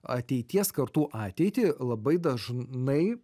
ateities kartų ateitį labai dažnai